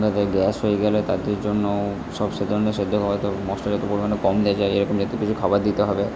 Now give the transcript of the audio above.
তাদের গ্যাস হয়ে গেলে তাদের জন্য সব সে ধরনের সেদ্ধ খাওয়াতে হবে মশলা যত পরিমাণে কম দেওয়া যায় এ রকম জাতীয় কিছু খাবার দিতে হবে